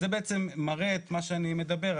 זה בעצם מראה את מה שאני מדבר,